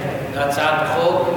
אפשר להוסיף את הקול שלו?